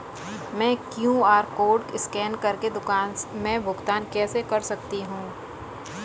मैं QR code scan कर के दुकान में भुगतान कैसे कर सकती हूँ?